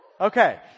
Okay